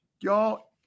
Y'all